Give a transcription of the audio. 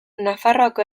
nafarroako